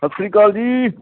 ਸਤਿ ਸ਼੍ਰੀ ਅਕਾਲ ਜੀ